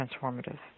transformative